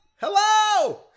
hello